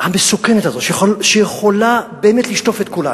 המסוכנת הזו, שיכולה באמת לשטוף את כולנו,